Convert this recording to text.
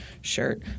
shirt